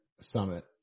summit